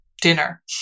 Dinner